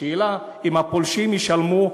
השאלה אם הפולשים ישלמו,